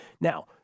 Now